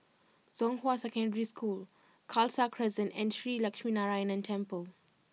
Zhonghua Secondary School Khalsa Crescent and Shree Lakshminarayanan Temple